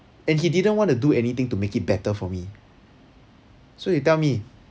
and he didn't want to do anything to make it better for me so you tell me